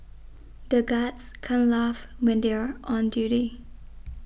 the guards can't laugh when they are on duty